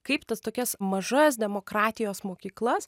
kaip tas tokias mažas demokratijos mokyklas